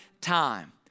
time